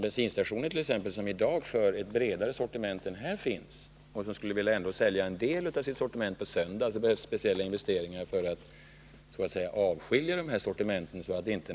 Bensinstationer t.ex., som i dag för ett bredare sortiment än det som finns upptaget på den här listan och som skulle vilja sälja en del av sitt sortiment på söndagar, skulle behöva göra speciella investeringar för att så att säga avskilja det ”förbjudna” sortimentet.